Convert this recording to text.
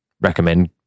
recommend